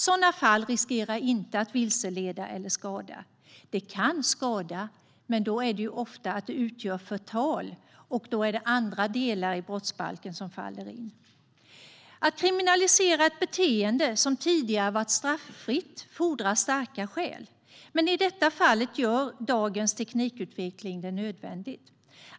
Sådana fall riskerar inte att vilseleda eller skada. De kan skada, men då handlar det ofta om att de utgör förtal, och då är det andra delar i brottsbalken som faller in. Om man ska kriminalisera ett beteende som inte har varit straffbart tidigare fordras det starka skäl. Men i detta fall gör dagens teknikutveckling det nödvändigt.